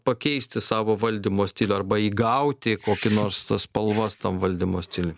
pakeisti savo valdymo stilių arba įgauti kokį nors tas spalvas tam valdymo stiliui